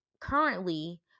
currently